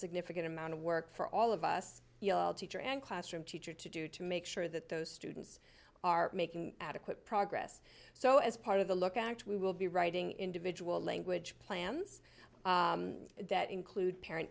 significant amount of work for all of us yell teacher and classroom teacher to do to make sure that those students are making adequate progress so as part of the look act we will be writing individual language plans that include parent